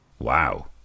Wow